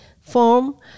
form